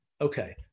Okay